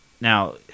Now